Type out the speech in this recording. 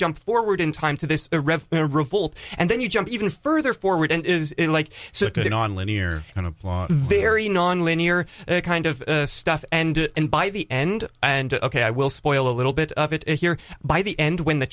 jump forward in time to this a revolt and then you jump even further forward and is like so good on linear and apply a very non linear kind of stuff and and by the end and ok i will spoil a little bit of it here by the end when the